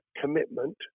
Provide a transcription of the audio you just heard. commitment